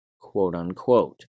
quote-unquote